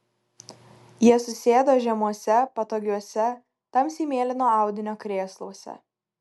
jie susėdo žemuose patogiuose tamsiai mėlyno audinio krėsluose